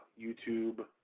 YouTube